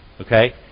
Okay